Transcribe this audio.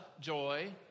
joy